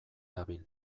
dabil